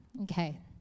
Okay